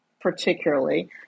Particularly